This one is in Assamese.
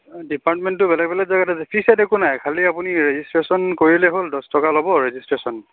ডিপাৰ্টমেণ্টটো বেলেগ বেলেগ জেগাত আছে ফিজ চিজ একো নাই খালী আপুনি ৰেজিষ্ট্ৰেচন কৰিলেই হ'ল দহ টকা ল'ব ৰেজিষ্ট্ৰেচন